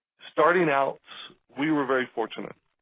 starting out we were very fortunate.